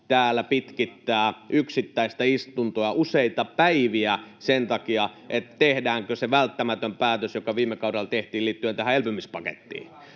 pitkittää täällä yksittäistä istuntoa useita päiviä sen takia, tehdäänkö se välttämätön päätös, joka viime kaudella tehtiin liittyen elpymispakettiin.